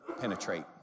penetrate